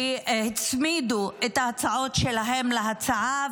שהצמידו את ההצעות שלהם להצעה,